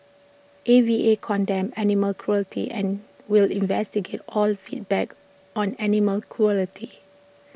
A V A condemns animal cruelty and will investigate all feedback on animal cruelty